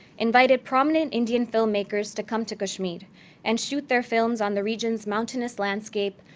invited prominent indian filmmakers to come to kashmir and shoot their films on the region's mountainous landscape,